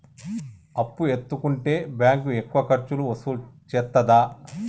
అప్పు ఎత్తుకుంటే బ్యాంకు ఎక్కువ ఖర్చులు వసూలు చేత్తదా?